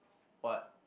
what